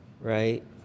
right